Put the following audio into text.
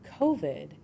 COVID